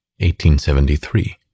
1873